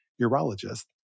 urologist